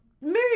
Mary